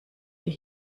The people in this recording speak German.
die